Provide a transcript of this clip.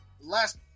Last